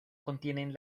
contienen